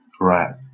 Right